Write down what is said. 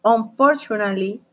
Unfortunately